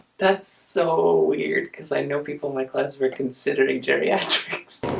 that's so weird because i know people my class were considering geriatrics